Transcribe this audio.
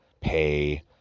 pay